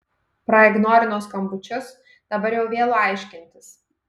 praignorino skambučius dabar jau vėlu aiškintis